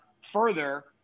further